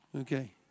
Okay